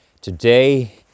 today